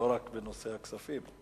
לא רק בנושאי כספים.